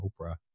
Oprah